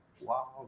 Wow